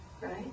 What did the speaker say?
right